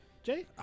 Jay